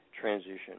transition